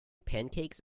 pancakes